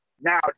now